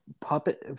Puppet